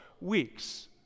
weeks